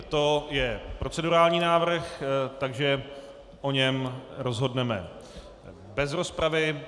To je procedurální návrh, takže o něm rozhodneme bez rozpravy.